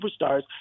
superstars